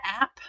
app